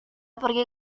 pergi